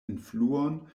influon